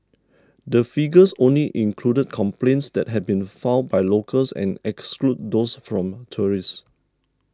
the figures only included complaints that had been filed by locals and excludes those from tourists